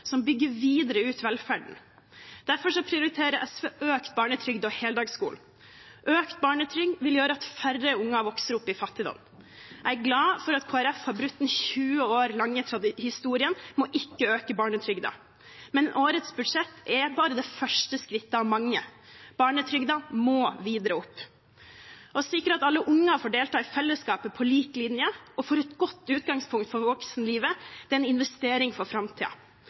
som bygger videre ut velferden. Derfor prioriterer SV økt barnetrygd og heldagsskolen. Økt barnetrygd vil gjøre at færre unger vokser opp i fattigdom. Jeg er glad for at Kristelig Folkeparti har brutt den 20 år lange historien med ikke å øke barnetrygden, men årets budsjett er bare det første skrittet av mange. Barnetrygden må videre opp. Å sikre at alle unger får delta i fellesskapet på lik linje og får et godt utgangspunkt for voksenlivet, er en investering for